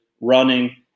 running